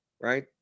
Right